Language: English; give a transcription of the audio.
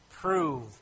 Prove